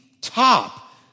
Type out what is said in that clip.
top